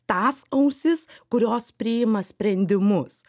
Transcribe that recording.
tas ausis kurios priima sprendimus